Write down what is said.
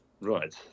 Right